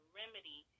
remedy